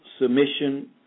submission